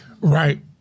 Right